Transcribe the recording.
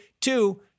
two